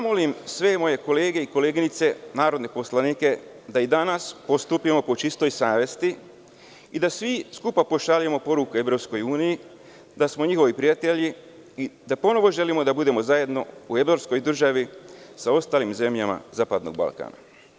Molim sve moje kolege i koleginice, narodne poslanike, da i danas postupimo po čistoj savesti i da svi skupa pošaljemo poruku EU da smo njihovi prijatelji i da ponovo želimo da budemo zajedno u evropskoj državi sa ostalim zemljama zapadnog Balkana.